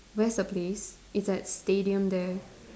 where's the place it's at stadium there